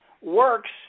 works